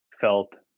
felt